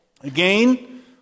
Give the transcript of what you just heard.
again